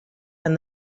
and